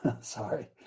sorry